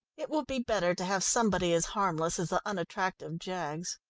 it would be better to have somebody as harmless as the unattractive jaggs.